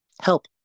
help